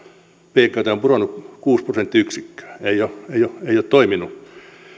bkt on pudonnut kuusi prosenttiyksikköä ei ole toiminut ja